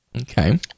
Okay